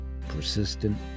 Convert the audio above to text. persistent